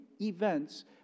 events